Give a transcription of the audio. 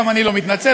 גם אני לא מתנצל,